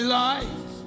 life